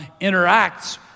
interacts